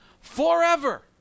forever